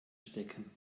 stecken